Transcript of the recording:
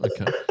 Okay